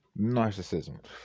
narcissism